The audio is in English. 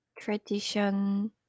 tradition